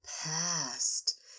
past